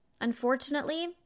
Unfortunately